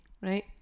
right